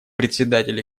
председатель